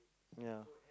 ya